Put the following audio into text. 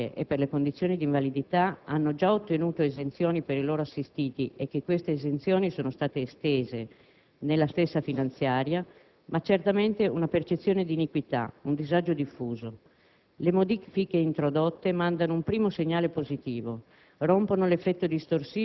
(anche in ragione del fatto che le associazioni di promozione sociale per le malattie croniche e per le condizioni di invalidità hanno già ottenuto esenzioni per i loro assistiti e che queste sono state estese nella stessa finanziaria), ma certamente una percezione di iniquità, un disagio diffuso.